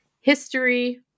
history